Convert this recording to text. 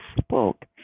spoke